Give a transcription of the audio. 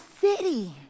city